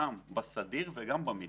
גם בסדיר וגם במילואים.